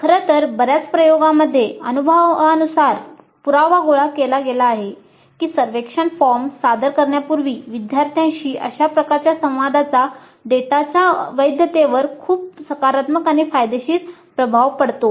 खरं तर बर्याच प्रयोगांमध्ये अनुभवानुसार पुरावा गोळा केला गेला आहे की सर्वेक्षण फॉर्म सादर करण्यापूर्वी विद्यार्थ्यांशी अशा प्रकारच्या संवादाचा डेटाच्या वैधतेवर खूप सकारात्मक आणि फायदेशीर प्रभाव पडतो